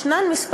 יש כמה מצבים,